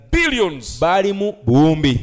billions